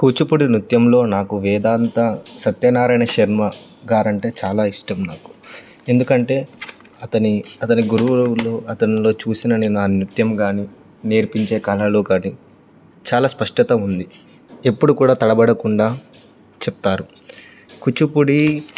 కూచుపూడి నృత్యంలో నాకు వేదాంతం సత్యనారయణ శర్మ గారంటే చాలా ఇష్టం నాకు ఎందుకంటే అతని అతని గురువుల్లో అతనిలో చూసిన నేను ఆ నృత్యం కానీ నేర్పించే కళలు కానీ చాలా స్పష్టత ఉంది ఎప్పుడు కూడా తడబడకుండా చెప్తారు కూచిపూడి